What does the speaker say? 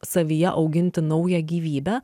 savyje auginti naują gyvybę